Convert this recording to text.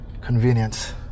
convenience